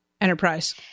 enterprise